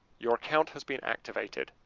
your acount has been activated.